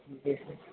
جی سر